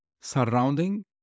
surrounding